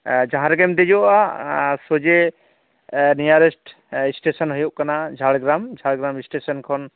ᱡᱟᱦᱟᱸ ᱨᱮᱜᱮᱢ ᱫᱮᱡᱚᱜᱼᱟ ᱥᱚᱡᱽᱦᱮ ᱱᱤᱭᱟᱨᱮᱥᱴ ᱥᱴᱮᱥᱚᱱ ᱦᱩᱭᱩᱜ ᱠᱟᱱᱟ ᱡᱷᱟᱲᱜᱨᱟᱢ ᱡᱷᱟᱲᱜᱨᱟᱢ ᱥᱴᱮᱥᱚᱱ ᱠᱷᱚᱱ